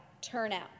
turnout